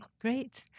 great